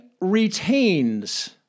retains